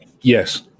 Yes